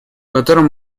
котором